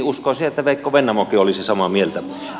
uskoisin että veikko vennamokin olisi samaa mieltä